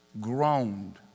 groaned